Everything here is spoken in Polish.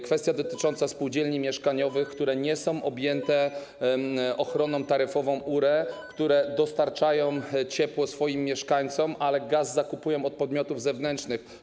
Kwestia dotycząca spółdzielni mieszkaniowych, które nie są objęte ochroną taryfową URE, które dostarczają ciepło swoim mieszkańcom, ale gaz zakupują od podmiotów zewnętrznych.